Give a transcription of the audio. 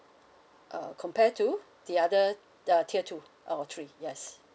uh compare to the other uh tier two or three yes